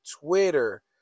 Twitter